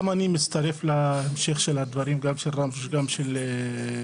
גם אני מצטרף להמשך של הדברים גם של רם וגם של אימאן.